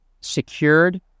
secured